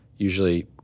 usually